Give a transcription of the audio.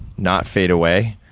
not fade away.